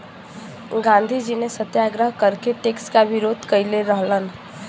गांधीजी ने सत्याग्रह करके टैक्स क विरोध कइले रहलन